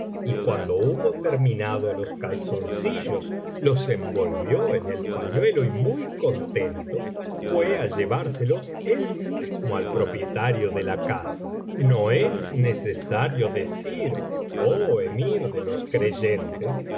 y cuando hubo terminado los calzoncillos los envolvió en el pañuelo y muy contento fué á llevárselos él mismo al propietario de la casa no es necesario decir oh emir de los creyentes